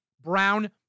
Brown